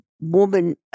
woman